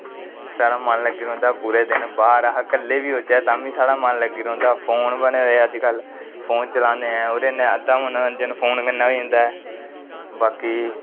साढ़ा मन लग्गी रौंह्दा पूरे दिन बाह्र अगर अस कल्ले बी होचै तां बी साढ़ा मन लग्गी रौंह्दा फोन भले फोन चलाने ओह्दे कन्नै अद्धा मनोंरजन फोन कन्नै होई जंदा ऐ बाकी